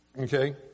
Okay